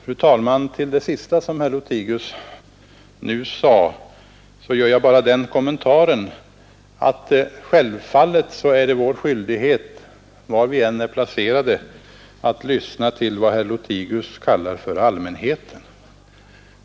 Fru talman! Till det sista som herr Lothigius sade gör jag bara den kommentaren, att självfallet är det vår skyldighet, var vi än är placerade, att lyssna till vad herr Lothigius kallar för allmänheten.